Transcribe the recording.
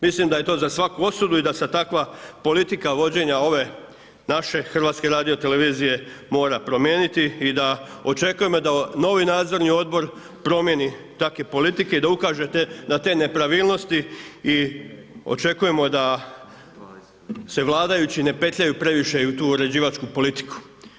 Mislim da je to za svaku osudu i da se takva politika vođenja ove naše HRT-a mora promijeniti i očekujem da novi nadzorni odbor promijeni takve politike i da ukaže na te nepravilnosti i očekujemo da se vladajući ne petljaju previše u tu uređivačku politiku.